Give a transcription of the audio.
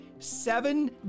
seven